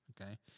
Okay